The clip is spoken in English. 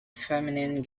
feminine